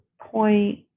point